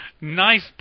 Nice